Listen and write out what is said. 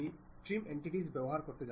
সুতরাং এটি নেমে গেছে এখন ওকে ক্লিক করুন